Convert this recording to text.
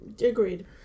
Agreed